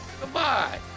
Goodbye